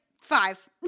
five